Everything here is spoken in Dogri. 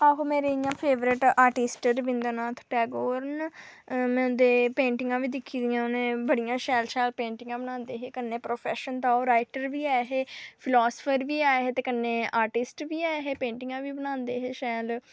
आहो मेरे इ'यां फेबरेस्ट आर्टि'स्ट न रविंद्र नाथ टैगोर न में उं'दी पेंटिंग बी दिक्खी दियां न उ'नें बडियां शैल शैल पेंटिगां बनाई दियां न ते कन्नै प्रोफेशन दा ओह् राइटर बी है हे फलासफर बी है हे ते कन्नै आर्टिस्ट बी है हे पेंटिगां बी बनां'दे न शैल